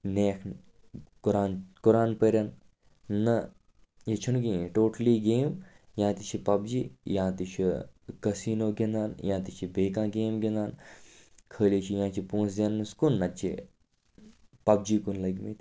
نیکھ قُران قُران پٔرِنۍ نہٕ یہِ چھُ نہٕ کَہیٖنٛۍ ٹوٹلی گیم یا تہِ چھِ پَب جی یا تہِ چھُ قسیٖنو گِنٛدان یا تہِ چھِ بیٚیہِ کانٛہہ گیم گِنٛدان خٲلی چھُ یا چھِ پۅنٛسہٕ زیننَس کُن نَتہٕ چھِ پَب جی کُن لٔگۍمٕتۍ